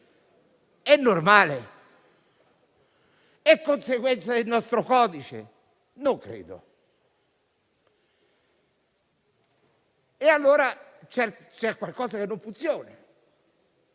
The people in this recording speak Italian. È normale? È conseguenza del nostro codice? Non credo. Allora, c'è qualcosa che non funziona.